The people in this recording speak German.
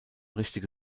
richtige